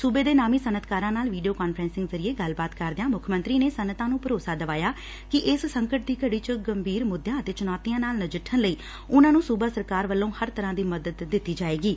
ਸੁਬੇ ਦੇ ਨਾਮੀ ਸਨੱਅਤਕਾਰਾਂ ਨਾਲ ਵੀਡੀਓ ਕਾਨਫਰੰਸਿੰਗ ਜ਼ਰੀਏ ਗੱਲਬਾਤ ਕਰਦਿਆਂ ਮੁੱਖ ਮੰਤਰੀ ਨੇ ਸਨੱਅਤਾਂ ਨੂੰ ਭਰੋਸਾ ਦਵਾਇਆ ਕਿ ਇਸ ਸੰਕਟ ਦੀ ਘੜੀ ਚ ਗੰਭੀਰ ਮੁੱਦਿਆਂ ਅਤੇ ਚੁਣੌਤੀਆਂ ਨਾਲ ਨਜਿੱਠਣ ਲਈ ਸੂਬਾ ਸਰਕਾਰ ਵੱਲੋਂ ਹਰ ਤਰ੍ਬਾਂ ਦੀ ਮਦਦ ਕੀਤੀ ਜਾਏਗੀ